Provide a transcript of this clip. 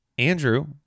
Andrew